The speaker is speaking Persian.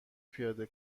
پیاده